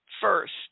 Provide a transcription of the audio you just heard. first